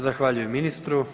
Zahvaljujem ministru.